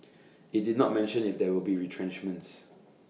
IT did not mention if there will be retrenchments